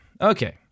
Okay